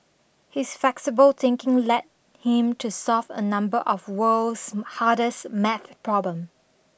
his flexible thinking led him to solve a number of world's hardest maths problem